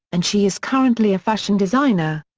and she is currently a fashion designer.